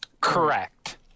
Correct